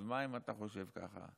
אז מה אם אתה חושב ככה?